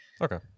Okay